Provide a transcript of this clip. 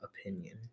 opinion